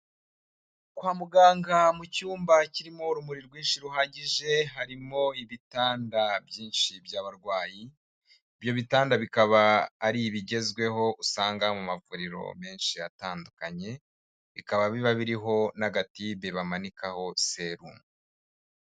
Kwa muganga mu cyumba kirimo urumuri rwinshi ruhagije, harimo ibitanda byinshi by'abarwayi. Ibyo bitanda bikaba ari ibigezweho usanga mu mavuriro menshi atandukanye, bikaba biba biriho n'agatibe bamanikaho serumu.